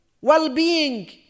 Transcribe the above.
well-being